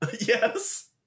Yes